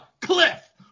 Cliff